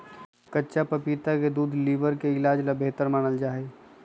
कच्चा पपीता के दूध लीवर के इलाज ला बेहतर मानल जाहई